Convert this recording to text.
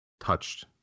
touched